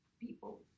people